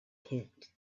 pit